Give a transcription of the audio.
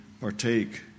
partake